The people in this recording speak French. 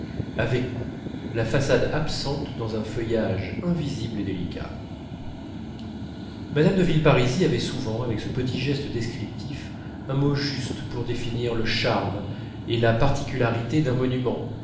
avec goût la façade absente dans un feuillage invisible et délicat mme de villeparisis avait souvent avec ce petit geste descriptif un mot juste pour définir le charme et la particularité d'un monument